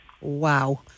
Wow